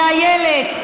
ל"אילת",